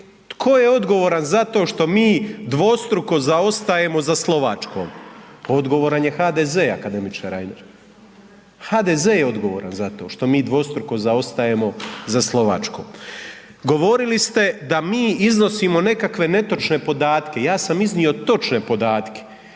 Tko je odgovoran zato što mi dvostruko zaostajemo za Slovačkom? Odgovaran je HDZ akademiče Reiner, HDZ je odgovoran zato što mi dvostruko zaostajemo za Slovačkom. Govorili ste da mi iznosimo nekakve netočne podatke, ja sam iznio točne podatke